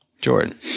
Jordan